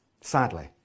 sadly